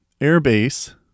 airbase